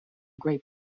great